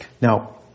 Now